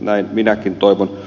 näin minäkin toivon